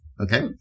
Okay